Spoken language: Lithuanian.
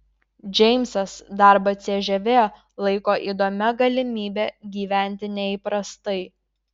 džeimsas darbą cžv laiko įdomia galimybe gyventi neįprastai